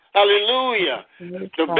Hallelujah